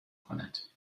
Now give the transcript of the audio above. کند